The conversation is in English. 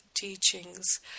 teachings